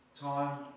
time